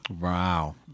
Wow